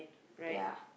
ya